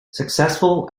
successful